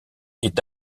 est